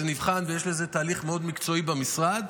זה נבחן, ויש לזה תהליך מאוד מקצועי במשרד.